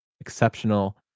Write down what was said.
exceptional